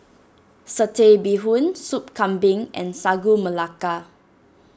Satay Bee Hoon Soup Kambing and Sagu Melaka